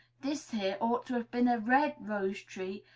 this here ought to have been a red rose-tree,